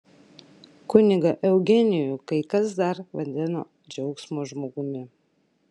kunigą eugenijų kai kas dar vadino džiaugsmo žmogumi